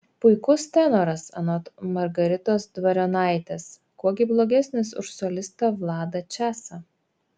puikus tenoras anot margaritos dvarionaitės kuo gi blogesnis už solistą vladą česą